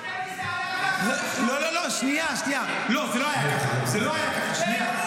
אבל --- שנייה, זה לא היה ככה, שנייה,